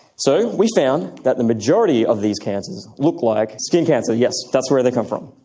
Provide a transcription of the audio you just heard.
so we found that the majority of these cancers look like skin cancer, yes, that's where they come from.